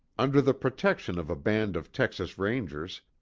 under the protection of a band of texas rangers,